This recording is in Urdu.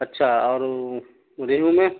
اچھا اور ریہو میں